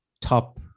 top